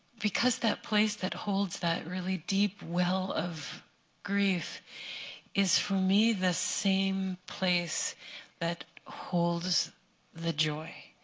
because that place that holds that really deep well of grief is, for me, the same place that holds the joy,